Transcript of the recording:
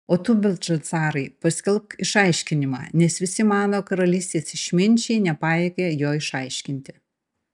o tu beltšacarai paskelbk išaiškinimą nes visi mano karalystės išminčiai nepajėgia jo išaiškinti